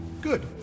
Good